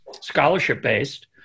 scholarship-based